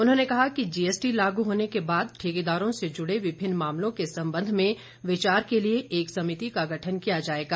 उन्होंने कहा कि जीएसटी लागू होने के बाद ठेकेदारों से जुड़े विभिन्न मामलों के संबंध में विचार के लिए एक समिति का गठन किया जाएगा